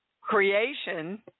creation